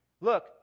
Look